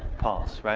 pulse.